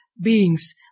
beings